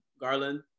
Garland